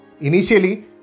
Initially